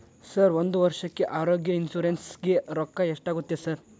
Sir ಒಂದು ವರ್ಷಕ್ಕೆ ಆರೋಗ್ಯ ಇನ್ಶೂರೆನ್ಸ್ ಗೇ ರೊಕ್ಕಾ ಎಷ್ಟಾಗುತ್ತೆ ಸರ್?